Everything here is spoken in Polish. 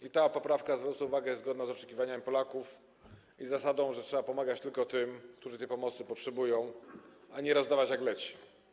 I ta poprawka, zwrócę uwagę, jest zgodna z oczekiwaniami Polaków i zasadą, że trzeba pomagać tylko tym, którzy tej pomocy potrzebują, a nie rozdawać jak leci.